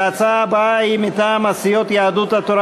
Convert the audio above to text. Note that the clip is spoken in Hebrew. ההצעה הבאה היא מטעם הסיעות יהדות התורה